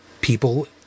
people